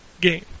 game